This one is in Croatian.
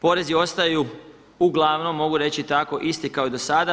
Porezi ostaju uglavnom mogu reći tako isti kao i do sada.